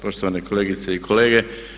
Poštovane kolegice i kolege.